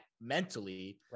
mentally